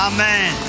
Amen